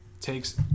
takes